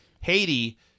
Haiti